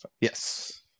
Yes